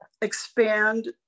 expand